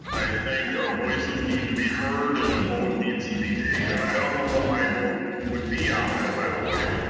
i think our voices need to be heard and a vote needs to be taken. i don't know what my vote would be on that, by the way.